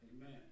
Amen